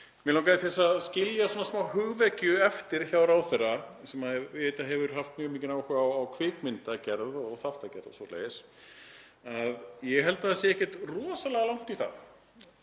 Mig langaði til að skilja smáhugvekju eftir hjá ráðherra sem ég veit að hefur haft mjög mikinn áhuga á kvikmyndagerð og þáttagerð og svoleiðis. Ég held að það sé ekkert rosalega langt í það,